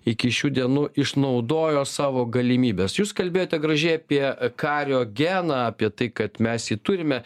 iki šių dienų išnaudojo savo galimybes jūs kalbėjote gražiai apie kario geną apie tai kad mes jį turime